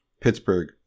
pittsburgh